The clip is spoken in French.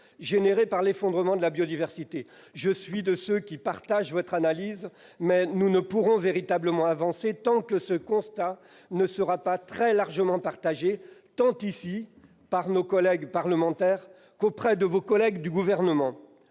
provoquée par l'effondrement de la biodiversité. Je suis de ceux qui partagent votre analyse, mais nous ne pourrons véritablement avancer tant que ce constat ne sera pas très largement admis tant par les parlementaires que par vos collègues du Gouvernement.